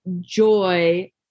joy